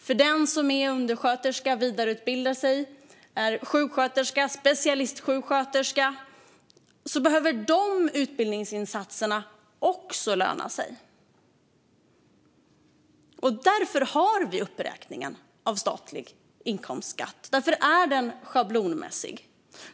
För den som är undersköterska och vidareutbildar sig till sjuksköterska eller specialistsjuksköterska behöver utbildningsinsatserna löna sig. Därför har vi uppräkningen av statlig inkomstskatt. Därför är den schablonmässig.